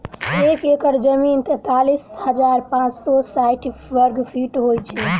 एक एकड़ जमीन तैँतालिस हजार पाँच सौ साठि वर्गफीट होइ छै